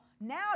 now